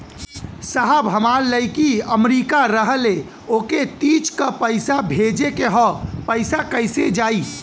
साहब हमार लईकी अमेरिका रहेले ओके तीज क पैसा भेजे के ह पैसा कईसे जाई?